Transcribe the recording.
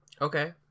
okay